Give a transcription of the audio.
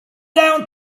down